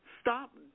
Stop